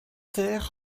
ter